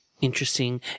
interesting